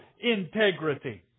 integrity